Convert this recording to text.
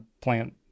plant